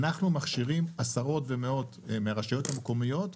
אנחנו מכשירים עשרות ומאות מהרשויות המקומיות,